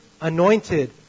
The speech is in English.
anointed